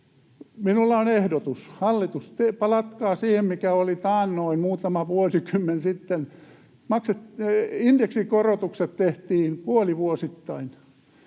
Minulla on ehdotus. Hallitus, palatkaa siihen, mikä oli taannoin muutama vuosikymmen sitten: indeksikorotukset tehtiin puolivuosittain.